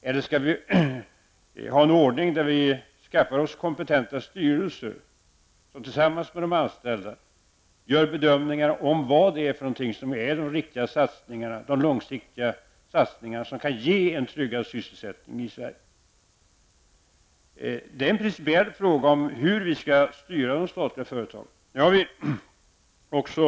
Eller skall vi ha en ordning med kompetenta styrelser, som tillsammans med de anställda bedömer vad som är riktiga långsiktiga satsningar som kan ge en tryggad sysselsättning i Sverige? Hur vi skall styra de statliga företagen är en principiell fråga.